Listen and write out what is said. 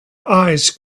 eyes